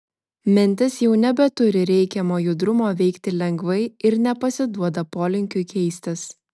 mintis jau nebeturi reikiamo judrumo veikti lengvai ir nepasiduoda polinkiui keistis